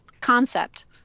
concept